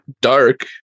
Dark